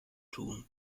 tun